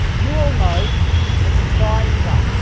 you all know that the sky is up.